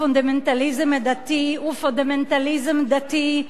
הפונדמנטליזם הדתי הוא פונדמנטליזם דתי,